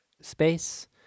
space